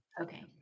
Okay